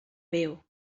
veo